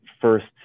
first